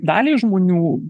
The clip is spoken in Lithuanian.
daliai žmonių